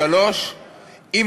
שלוש שנים,